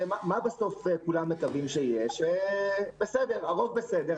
הרי מה בסוף כולם מקווים שיהיה שהרוב בסדר,